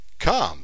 Come